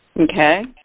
Okay